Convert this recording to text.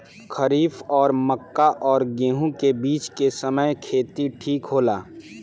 खरीफ और मक्का और गेंहू के बीच के समय खेती ठीक होला?